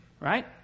right